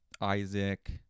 Isaac